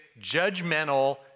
judgmental